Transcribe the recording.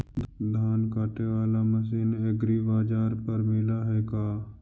धान काटे बाला मशीन एग्रीबाजार पर मिल है का?